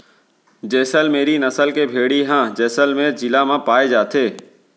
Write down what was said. जैसल मेरी नसल के भेड़ी ह जैसलमेर जिला म पाए जाथे